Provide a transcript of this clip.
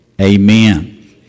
Amen